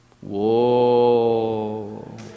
Whoa